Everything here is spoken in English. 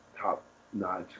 top-notch